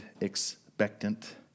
expectant